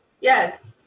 Yes